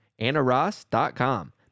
annaross.com